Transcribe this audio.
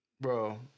Bro